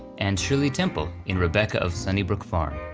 and shirley temple in rebecca of sunnybrook farm.